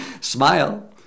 smile